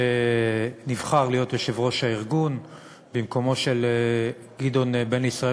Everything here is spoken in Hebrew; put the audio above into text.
שנבחר להיות יושב-ראש הארגון במקומו של גדעון בן-ישראל,